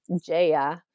Jaya